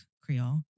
Creole